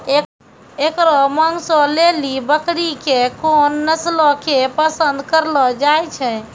एकरो मांसो लेली बकरी के कोन नस्लो के पसंद करलो जाय छै?